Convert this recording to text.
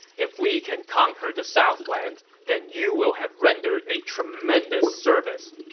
if we can conquer the southlands, then you will have rendered a tremendous service.